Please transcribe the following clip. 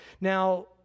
Now